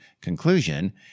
conclusion